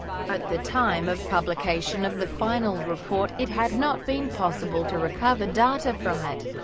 at the time of publication of the final report, it had not been possible to recover data from it.